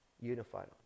unified